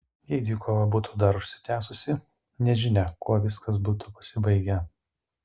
jei dvikova būtų dar užsitęsusi nežinia kuo viskas būtų pasibaigę